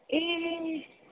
ए